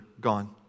gone